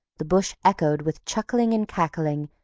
the bush echoed with chuckling and cackling,